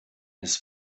his